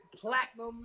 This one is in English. Platinum